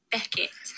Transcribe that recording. Beckett